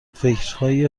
فکرهای